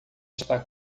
está